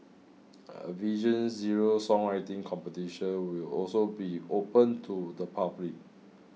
a Vision Zero songwriting competition will also be open to the public